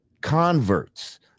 converts